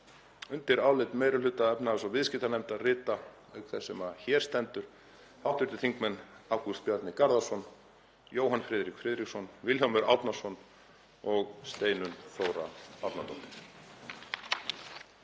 Undir álit meiri hluta efnahags- og viðskiptanefndar rita, auk þess sem hér stendur, hv. þingmenn Ágúst Bjarni Garðarsson, Jóhann Friðrik Friðriksson, Vilhjálmur Árnason og Steinunn Þóra Árnadóttir.